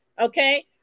Okay